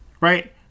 right